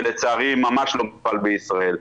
זה ממש לא מטופל בישראל.